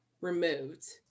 removed